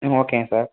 ம் ஓகேங்க சார்